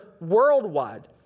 worldwide